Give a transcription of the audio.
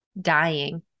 dying